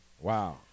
Wow